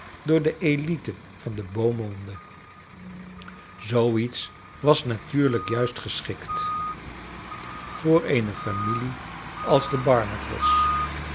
door de elite van de beau monde zoo iets was natuurlijk juist geschikt voor eene familie als de